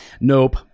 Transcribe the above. Nope